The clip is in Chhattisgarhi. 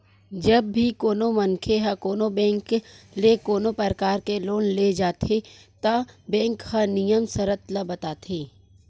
जब भी कोनो मनखे ह कोनो बेंक ले कोनो परकार के लोन ले जाथे त बेंक ह नियम सरत ल बताथे